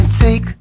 take